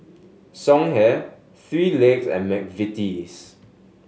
Songhe Three Legs and McVitie's